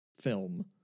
film